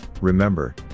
remember